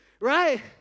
right